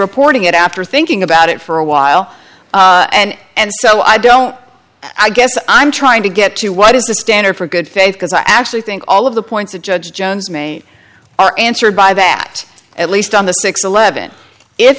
reporting it after thinking about it for a while and and so i don't i guess i'm trying to get to what is the standard for good faith because i actually think all of the points that judge jones made are answered by that at least on the six eleven if